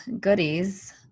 goodies